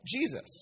Jesus